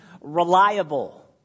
reliable